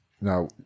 now